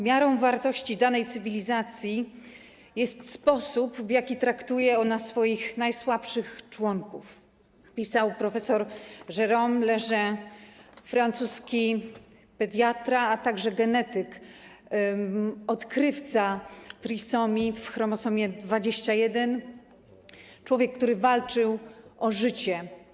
Miarą wartości danej cywilizacji jest sposób, w jaki traktuje ona swoich najsłabszych członków - pisał prof. Jérôme Lejeune, francuski pediatra, a także genetyk, odkrywca trisomii chromosomu 21, człowiek, który walczył o życie.